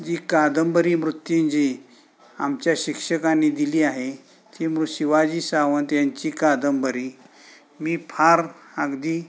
जी कादंबरी मृत्यूंजयी आमच्या शिक्षकांनी दिली आहे ती मृ शिवाजी सावंत यांची कादंबरी मी फार अगदी